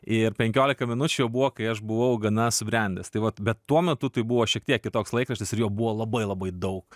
ir penkiolika minučių jau buvo kai aš buvau gana subrendęs tai vat bet tuo metu tai buvo šiek tiek kitoks laikraštis ir jo buvo labai labai daug